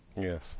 Yes